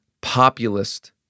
populist